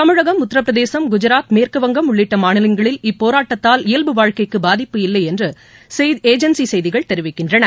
தமிழகம் உத்திரபிரதேசம் குஜராத் மேற்குவங்கம் உள்ளிட்ட மாநிலங்களில் இப்போராட்டத்தால் இயல்பு வாழ்க்கைக்கு பாதிப்பு இல்லை என்று செய்தி ஏஜென்சி செய்திகள் தெரிவிக்கின்றன